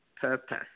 purpose